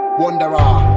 wanderer